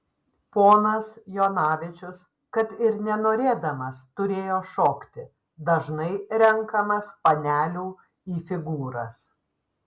ponas jonavičius kad ir nenorėdamas turėjo šokti dažnai renkamas panelių į figūras